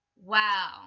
wow